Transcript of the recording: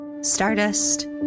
Stardust